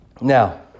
Now